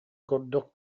курдук